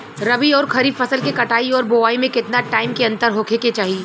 रबी आउर खरीफ फसल के कटाई और बोआई मे केतना टाइम के अंतर होखे के चाही?